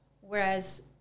Whereas